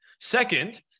Second